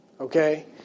Okay